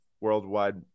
worldwide